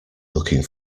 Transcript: looking